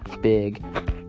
big